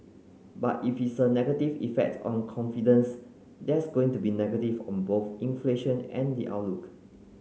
but if it's a negative effect on confidence that's going to be negative on both inflation and the outlook